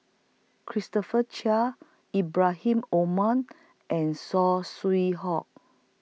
Christopher Chia Ibrahim Omar and Saw Swee Hock